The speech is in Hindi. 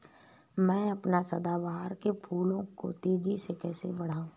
मैं अपने सदाबहार के फूल को तेजी से कैसे बढाऊं?